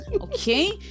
Okay